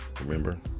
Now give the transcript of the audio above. remember